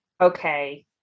Okay